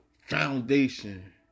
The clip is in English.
foundation